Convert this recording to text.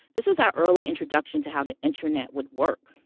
this was our early introduction to how the internet would work.